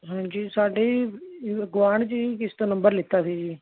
ਹਾਂਜੀ ਸਾਡੇ ਗੁਆਂਢ 'ਚ ਜੀ ਕਿਸੇ ਤੋਂ ਨੰਬਰ ਲਿੱਤਾ ਸੀ ਜੀ